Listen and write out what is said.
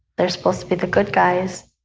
they're supposed to be the good guys.